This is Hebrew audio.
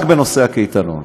רק בנושא הקייטנות.